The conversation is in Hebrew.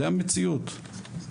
זאת המציאות.